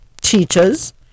teachers